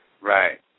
Right